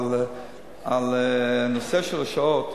על הנושא של השעות